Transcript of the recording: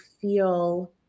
feel